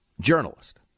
Journalist